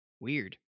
Weird